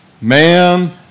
man